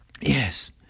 Yes